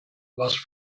was